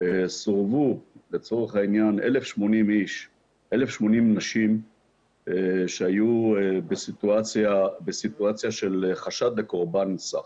סורבו לצורך העניין 1,080 נשים שהיו בסיטואציה של חשד לקורבן סחר.